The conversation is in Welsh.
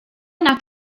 nad